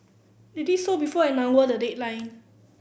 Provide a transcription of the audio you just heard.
they did so before an hour the deadline